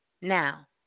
Now